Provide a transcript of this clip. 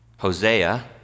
Hosea